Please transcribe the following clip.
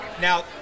Now